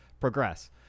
Progress